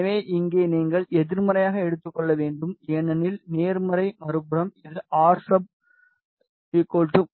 எனவே இங்கே நீங்கள் எதிர்மறையாக எடுத்துக்கொள்ள வேண்டும் ஏனெனில் நேர்மறை மறுபுறம் இது ஆர் சப் 0